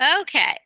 Okay